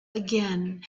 again